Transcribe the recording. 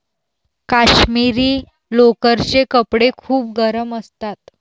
काश्मिरी लोकरचे कपडे खूप गरम असतात